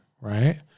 right